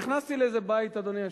נכנסתי לאיזה בית, אדוני היושב-ראש,